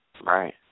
Right